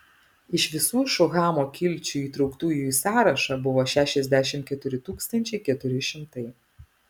iš visų šuhamo kilčių įtrauktųjų į sąrašą buvo šešiasdešimt keturi tūkstančiai keturi šimtai